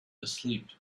asleep